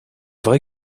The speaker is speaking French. vrai